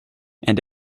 and